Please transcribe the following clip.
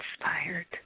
inspired